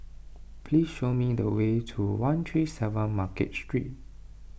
please show me the way to one three seven Market Street